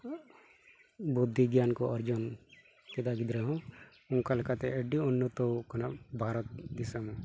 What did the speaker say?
ᱵᱩᱫᱽᱫᱷᱤ ᱜᱮᱭᱟᱱ ᱠᱚ ᱚᱨᱡᱚᱱ ᱪᱮᱫᱟ ᱜᱤᱫᱽᱨᱟᱹ ᱦᱚᱸ ᱚᱱᱠᱟ ᱞᱮᱠᱟᱛᱮ ᱟᱹᱰᱤ ᱩᱱᱱᱚᱛᱚ ᱟᱠᱟᱱᱟ ᱵᱷᱟᱨᱚᱛ ᱫᱤᱥᱚᱢ